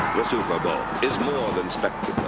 the super bowl is more than spectacle.